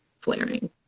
flaring